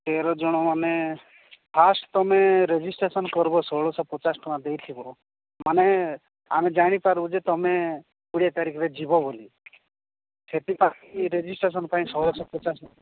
ତେରଜଣ ମାନେ ଫାଷ୍ଟ ତୁମେ ରେଜିଷ୍ଟ୍ରେଶନ କରିବ ଷୋଳଶହ ପଚାଶ ଟଙ୍କା ଦେଇଥିବ ମାନେ ଆମେ ଜାଣିପାରିବୁ ଯେ ତୁମେ କୋଡ଼ିଏ ତାରିଖରେ ଯିବ ବୋଲି ସେଥିପାଇଁ ରେଜିଷ୍ଟ୍ରେଶନ ପାଇଁ ଷୋଳଶହ ପଚାଶ